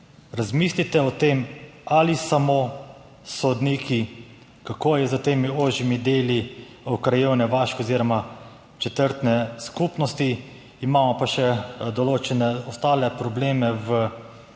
razmislite o tem, ali samo sodniki, kako je s temi ožjimi deli krajevne, vaške oziroma četrtne skupnosti. Imamo pa še določene druge probleme v